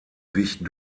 wich